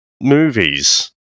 movies